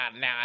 now